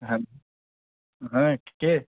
hello হ্যাঁ কে